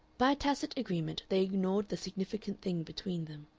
by a tacit agreement they ignored the significant thing between them,